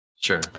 Sure